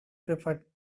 preferred